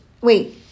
Wait